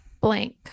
blank